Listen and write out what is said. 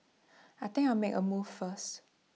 I think make A move first